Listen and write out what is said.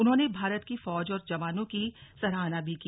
उन्होंने भारत की फौज और जवानों की सराहना भी की